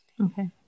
Okay